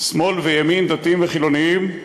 שמאל וימין, דתיים וחילונים,